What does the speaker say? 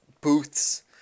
booths